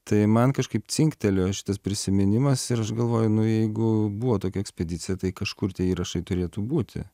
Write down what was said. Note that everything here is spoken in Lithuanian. tai man kažkaip cingtelėjo šitas prisiminimas ir aš galvoju nu jeigu buvo tokia ekspedicija tai kažkur tie įrašai turėtų būti